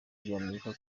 ry’amerika